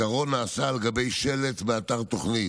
נעשה בעיקר על גבי שלט באתר התוכנית.